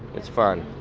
it's fun.